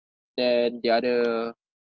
then the other